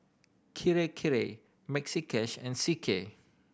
Kirei Kirei Maxi Cash and C K